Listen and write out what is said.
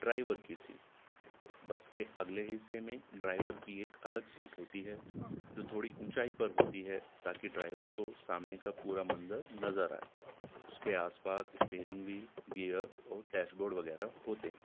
driver کی seat bus کے اگلے حصے میں ڈرائیور کی ایک الگ سیٹ ہوتی ہے جو تھوڑی اونچائی پر ہوتی ہے تاکہ ڈرائیور کو سامنے کا پورا منظر نظر آئے اس کے آس پاس اسٹییرنگ ویل گیئر اور ٹییش بورڈ وغیرہ ہوتے ہیں